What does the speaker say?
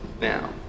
Now